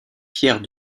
pierre